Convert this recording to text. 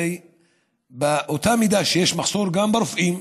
הרי באותה מידה שיש מחסור גם ברופאים,